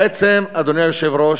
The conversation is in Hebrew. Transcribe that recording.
בעצם, אדוני היושב-ראש,